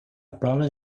problem